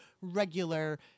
regular